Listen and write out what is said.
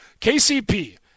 KCP